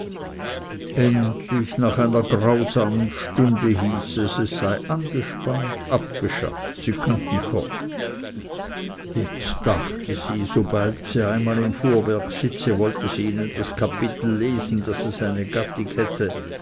endlich nach einer grausamen stunde hieß es es sei angespannt abgeschafft sie können fort jetzt dachte sie sobald sie einmal im fuhrwerk sitze wolle sie ihnen das kapitel lesen daß es eine gattig hätte